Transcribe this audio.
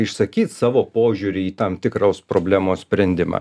išsakyt savo požiūrį į tam tikros problemos sprendimą